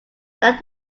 that